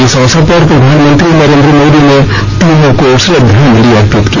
इस अवसर पर प्रधानमंत्री नरेन्द्र मोदी ने तीनों को श्रद्वांजलि अर्पित की